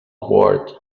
word